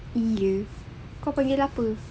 ya kau panggil apa